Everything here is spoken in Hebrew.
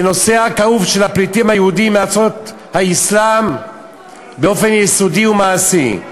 בנושא הכאוב של הפליטים היהודים מארצות האסלאם באופן יסודי ומעשי.